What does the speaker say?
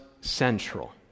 central